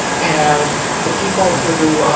and the people who